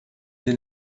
den